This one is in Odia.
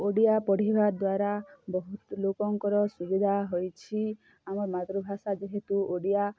ଓଡ଼ିଆ ପଢ଼ିବା ଦ୍ଵାରା ବହୁତ୍ ଲୋକଙ୍କର ସୁବିଧା ହୋଇଛି ଆମ ମାତୃଭାଷା ଯେହେତୁ ଓଡ଼ିଆ